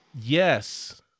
Yes